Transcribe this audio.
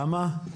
כמה?